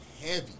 heavy